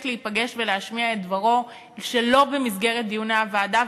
להיפגש ולהשמיע את דברו שלא במסגרת דיוני הוועדה.